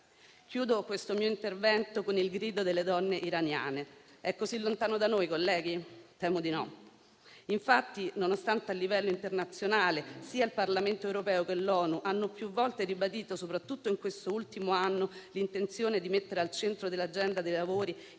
chiudo questo mio intervento con il grido delle donne iraniane. È così lontano da noi, colleghi? Temo di no; infatti, nonostante a livello internazionale sia il Parlamento europeo che l'ONU abbiano più volte ribadito, soprattutto in quest'ultimo anno, l'intenzione di mettere al centro dell'agenda dei lavori il